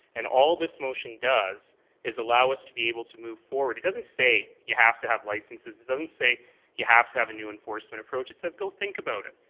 and all this motion does is allow us to be able to move forward. it doesn't say you have to have licenses, it doesn't say you have to have a new enforcement approach. it says go think about it,